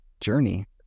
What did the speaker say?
journey